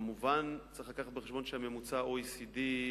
כמובן צריך לקחת בחשבון שהממוצע ב-OECD,